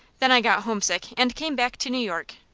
then i got homesick, and came back to new york.